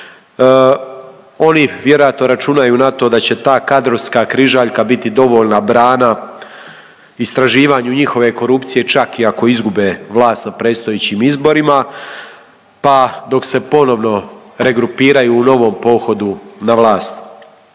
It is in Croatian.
Oni vjerojatno računaju na to da će ta kadrovska križaljka biti dovoljna brana istraživanju njihove korupcije čak i ako izgube vlast na predstojećim izborima, pa dok se ponovno regrupiraju u novom pohodu na vlast.